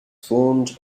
formed